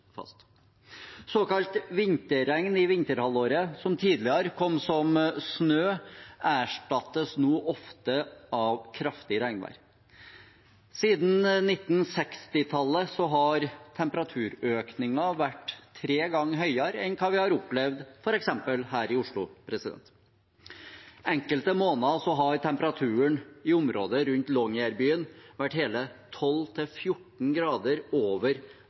Såkalt vinterregn i vinterhalvåret, som tidligere kom som snø, erstattes nå ofte av kraftig regnvær. Siden 1960-tallet har temperaturøkningen vært tre ganger høyere enn hva vi har opplevd f.eks. her i Oslo. Enkelte måneder har temperaturen i området rundt Longyearbyen vært hele 12–14 grader over